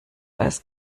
als